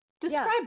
describe